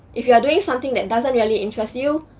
if you are doing something that doesn't really interest you,